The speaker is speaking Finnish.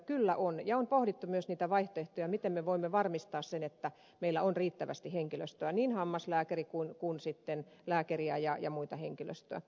kyllä on ja on pohdittu myös niitä vaihtoehtoja miten me voimme varmistaa sen että meillä on riittävästi henkilöstöä niin hammaslääkäriä kuin sitten lääkäriä ja muuta henkilöstöä